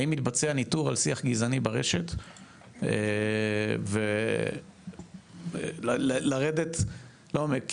האם מתבצע ניטור על שיח גזעני ברשת, ולרדת לעומק.